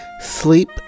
sleep